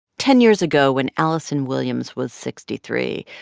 ten years ago, when alison williams was sixty three,